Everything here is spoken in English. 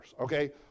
Okay